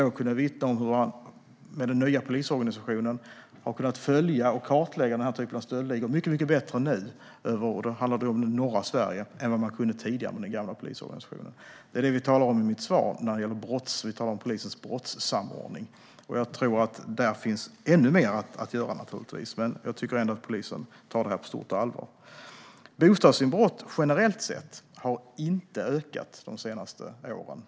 De kunde vittna om hur de med den nya polisorganisationen har kunnat följa och kartlägga den här typen av stöldligor mycket bättre nu än vad de kunde tidigare med den gamla polisorganisationen, och då handlar det om norra Sverige. Det är vad jag talar om i mitt svar när det gäller polisens brottssamordning. Där finns naturligtvis ännu mer att göra. Men jag tycker ändå att polisen tar det på stort allvar. Antalet bostadsinbrott generellt sett har inte ökat de senaste åren.